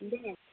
दे